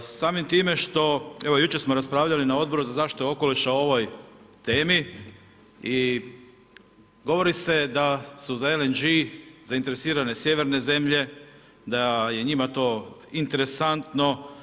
Samim time, što, evo jučer smo raspravljali na Odboru za zaštitu okoliša o ovoj temi i govori se da su za LNG zainteresirane sjeverne zemlje, da je njima to interesantno.